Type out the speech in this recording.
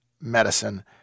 medicine